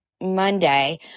Monday